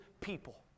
people